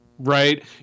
Right